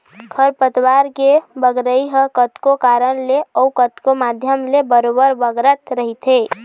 खरपतवार के बगरई ह कतको कारन ले अउ कतको माध्यम ले बरोबर बगरत रहिथे